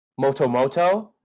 Motomoto